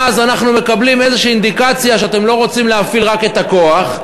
אז אנחנו מקבלים איזושהי אינדיקציה שאתם לא רוצים להפעיל רק את הכוח,